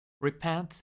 Repent